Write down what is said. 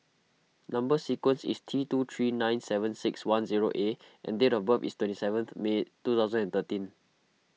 Number Sequence is T two three nine seven six one zero A and date of birth is twenty seventh May two thousand and thirteen